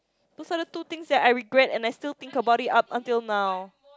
those are the two things that I regret and I still think about it up until now